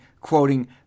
quoting